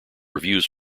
reviews